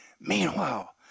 meanwhile